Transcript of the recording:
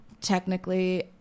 Technically